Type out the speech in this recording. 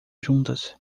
juntas